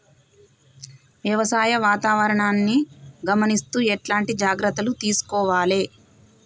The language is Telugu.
వ్యవసాయ వాతావరణాన్ని గమనిస్తూ ఎట్లాంటి జాగ్రత్తలు తీసుకోవాలే?